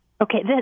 Okay